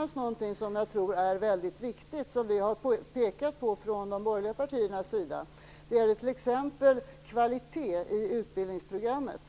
faktiskt någonting som jag tror är väldigt viktigt och som vi har pekat på från de borgerliga partiernas sida, nämligen kvalitet i utbildningsprogrammet.